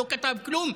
לא כתב כלום,